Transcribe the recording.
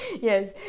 Yes